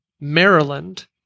Maryland